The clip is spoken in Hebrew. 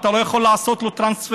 אתה לא יכול לעשות לו טרנספר.